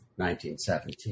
1917